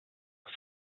his